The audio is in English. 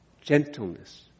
gentleness